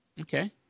Okay